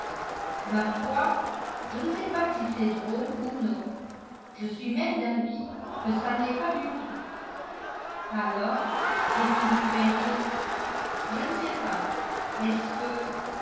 ma foi je ne sais pas si c'est drôle ou non je suis même d'avis que ça ne l'est pas du tout alors qu'est ce qui vous fait rire je ne sais pas est-ce que